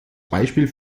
beispiel